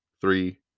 three